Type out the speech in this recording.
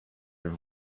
your